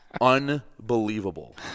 Unbelievable